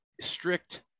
strict